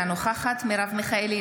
אינה נוכחת מרב מיכאלי,